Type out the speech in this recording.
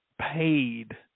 paid